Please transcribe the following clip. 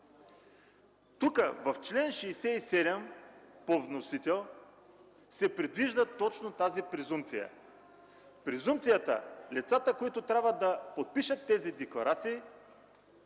В чл. 67 по вносител се предвижда точно тази презумпция – лицата, които трябва да подпишат тези декларации,